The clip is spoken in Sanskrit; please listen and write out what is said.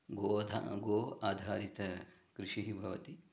गोधा गोः आधारिता कृषिः भवति